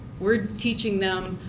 we're teaching them,